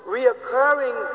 Reoccurring